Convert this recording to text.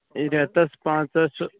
ہَے رٮ۪تس پنٛژاہ سُہ